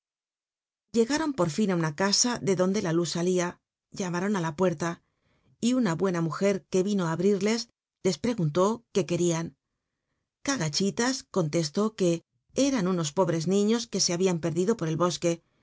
llegaron por fin it una casa de donrlt la luz salia llamaron á la puerta y una hucna mujer r uc ino it abrirles les preguntó r ué querían cayu dtilas contestó qut eran uno pobres niiíos que o hahian perdido por el bo